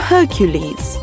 Hercules